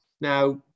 Now